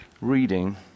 reading